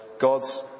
God's